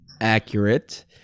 accurate